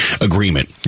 agreement